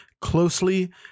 closely